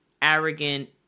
arrogant